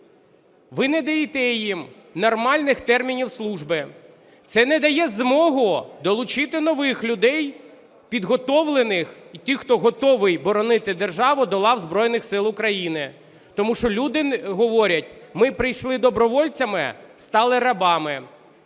Ви не даєте їм нормальних термінів служби. Це не дає змогу долучити нових людей, підготовлених і тих, хто готовий боронити державу, до лав Збройних Сил України. Тому що люди говорять: ми прийшли добровольцями – стали рабами.